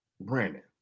brandon